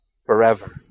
Forever